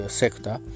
sector